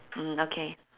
mm okay